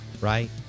right